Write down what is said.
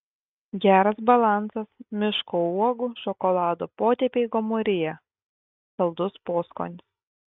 geras balansas miško uogų šokolado potėpiai gomuryje saldus poskonis